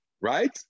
right